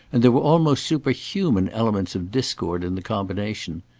and there were almost superhuman elements of discord in the combination,